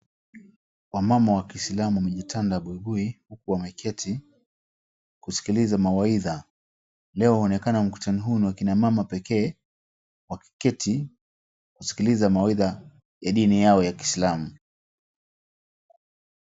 Wamama wakiislamu wamejitanda buibui wameketi kusikiliza mawaidha. Leo waonekana mkutano huu ni wa wamama pekee wakiketi kusikiliza mawaidha ya dini yao ya Kiislamu.